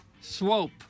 Swope